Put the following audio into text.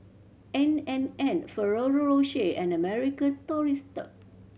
N and N Ferrero Rocher and American Tourister